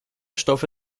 stoffe